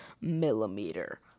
millimeter